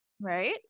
Right